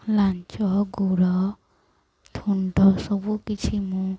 ଲାଞ୍ଜ ଗୋଡ଼ ଥୁଣ୍ଟ ସବୁକିଛି ମୁଁ